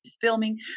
filming